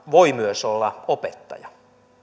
voi myös olla opettaja